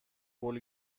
قول